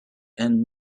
and